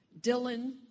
Dylan